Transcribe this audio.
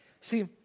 See